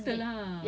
then orang akan just